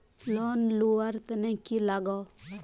Loan लुवा र तने की लगाव?